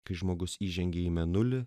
kai žmogus įžengė į mėnulį